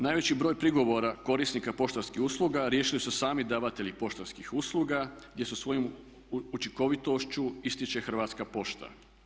Najveći broj prigovora korisnika poštanskih usluga riješili su sami davatelji poštanskih usluga, gdje se svojom učinkovitošću ističe Hrvatska pošta.